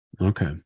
Okay